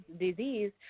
disease